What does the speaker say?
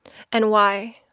and why?